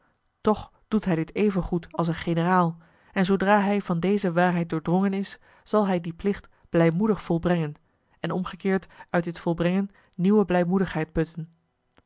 toch doet hij dit even goed als een generaal en zoodra hij van deze waarheid doordrongen is zal hij die plicht blijmoedig volbrengen en omgekeerd uit dit volbrengen nieuwe blijmoedigheid putten